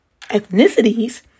ethnicities